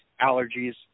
allergies